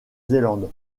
zélande